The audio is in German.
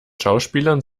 schauspielern